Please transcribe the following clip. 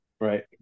right